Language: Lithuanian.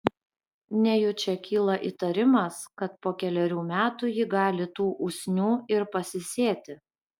nejučia kyla įtarimas kad po kelerių metų ji gali tų usnių ir pasisėti